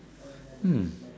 hmm